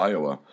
Iowa